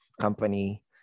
company